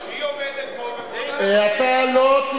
אז הוא אומר אותן, אבל אף אחד לא מאמין,